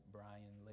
Brian